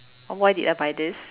why did I buy this